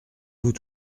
vous